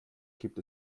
gibt